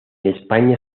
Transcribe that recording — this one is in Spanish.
españa